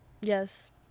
yes